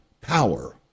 power